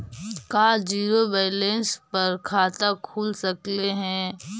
का zero balance पर खाता खुल सकले हे?